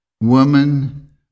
Woman